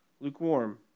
lukewarm